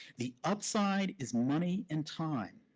the upside is money and time.